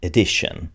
Edition